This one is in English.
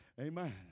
Amen